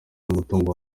n’umutungo